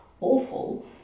awful